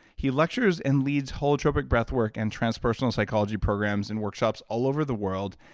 he lectures and leads holotropic breathwork and transpersonal psychology programs and workshops all over the world,